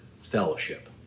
fellowship